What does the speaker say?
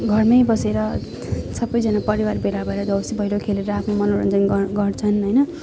घरमै बसेर सबैजाना परिवार भेला भएर देउसी भैलो खेलेर आफ्नो मनोरञ्जन गर् गर्छन् होइन